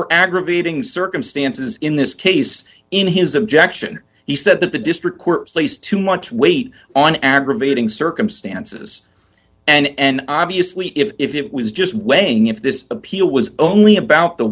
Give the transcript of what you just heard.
were aggravating circumstances in this case in his objection he said that the district court place too much weight on aggravating circumstances and obviously if it was just weighing if this appeal was only about the